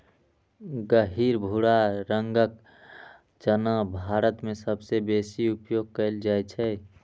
गहींर भूरा रंगक चना भारत मे सबसं बेसी उपयोग कैल जाइ छै